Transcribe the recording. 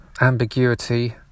ambiguity